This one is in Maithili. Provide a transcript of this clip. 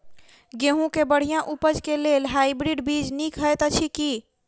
गेंहूँ केँ बढ़िया उपज केँ लेल हाइब्रिड बीज नीक हएत अछि की?